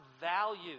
value